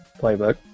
playbook